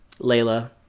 layla